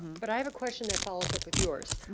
but i have a question that follows up with yours.